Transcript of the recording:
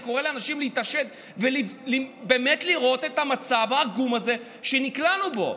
אני קורא לאנשים להתעשת ובאמת לראות את המצב העגום הזה שנקלענו אליו.